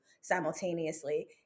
simultaneously